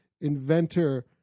inventor